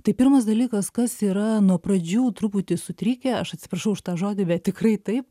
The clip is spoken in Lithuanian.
tai pirmas dalykas kas yra nuo pradžių truputį sutrikę aš atsiprašau už tą žodį bet tikrai taip